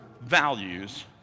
values